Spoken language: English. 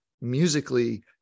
musically